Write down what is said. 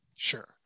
Sure